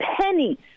pennies